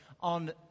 on